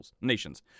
nations